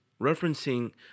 referencing